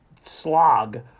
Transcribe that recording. slog